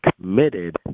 committed